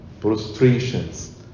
prostrations